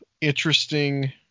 interesting